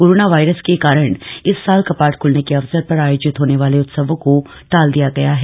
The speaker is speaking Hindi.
कोरोना वायरस के कारण इस साल कपाट खुलने के अवसर पर आयोजित होने वाले उत्सवों को टाल दिया गया है